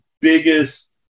Biggest